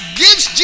gives